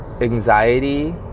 anxiety